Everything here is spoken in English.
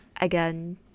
Again